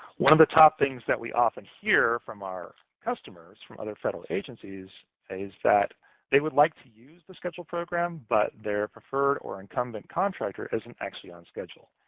one of the top things that we often hear from our customers, from other federal agencies, is that they would like to use the schedule program, but their preferred or incumbent contractor is and actually on the schedule.